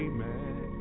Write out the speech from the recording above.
Amen